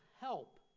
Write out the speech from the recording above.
help